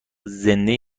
زنده